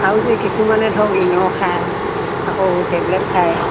আৰু যে কিছুমানে ধৰক ইন' খায় আকৌ টেবলেট খায়